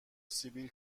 سیبیل